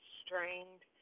strained